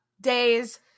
days